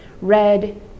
Red